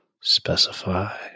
specify